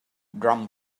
drum